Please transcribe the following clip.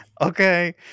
Okay